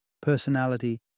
personality